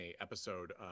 episode